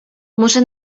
może